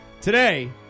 Today